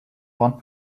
want